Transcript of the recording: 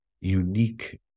unique